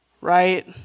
right